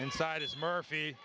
inside is murphy